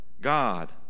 God